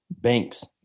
banks